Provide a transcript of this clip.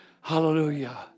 Hallelujah